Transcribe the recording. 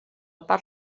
part